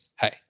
hey